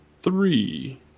three